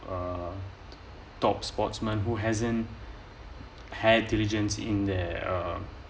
uh top sportsmen who hasn't had diligence in there um